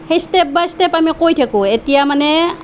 সেই step by step আমি কৈ থাকোঁ এতিয়া মানে